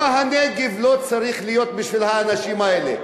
למה הנגב לא צריך להיות בשביל האנשים האלה?